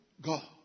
God